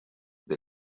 the